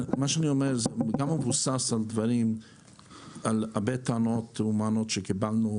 המידע מבוסס על הרבה טענות ומענות מאנשים